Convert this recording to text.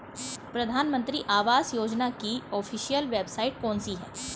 प्रधानमंत्री आवास योजना की ऑफिशियल वेबसाइट कौन सी है?